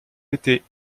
été